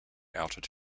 outed